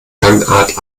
gangart